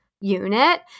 unit